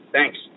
Thanks